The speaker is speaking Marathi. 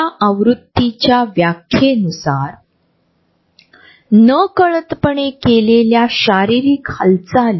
स्वतःच्या वैयक्तिक स्थानाचे पावित्र्य राखणे आपल्यासाठी महत्त्वपूर्ण आहे कारण या जागेत इतर लोकांची उपस्थिती जबरदस्ती असू शकते